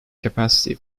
capacity